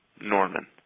Norman